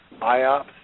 IOPS